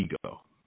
ego